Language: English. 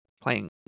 playing